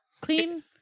Clean